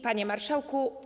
Panie Marszałku!